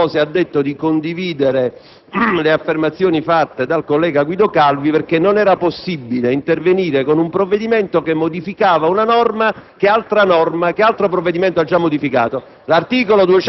che, fra le altre cose, ha detto di condividere le affermazioni del collega Guido Calvi, in quanto non era possibile intervenire con un provvedimento che modificava una norma che altro provvedimento aveva già modificato.